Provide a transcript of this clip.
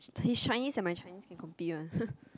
his Chinese and my Chinese can compete one